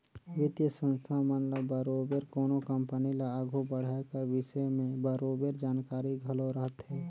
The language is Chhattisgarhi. बित्तीय संस्था मन ल बरोबेर कोनो कंपनी ल आघु बढ़ाए कर बिसे में बरोबेर जानकारी घलो रहथे